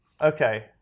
Okay